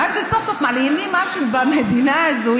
עד שסוף-סוף מלאימים משהו במדינה הזאת,